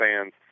fans